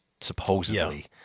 supposedly